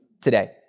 today